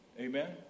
Amen